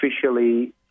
officially